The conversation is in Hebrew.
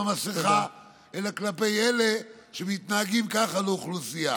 המסכה אלא כלפי אלה שמתנהגים ככה לאוכלוסייה.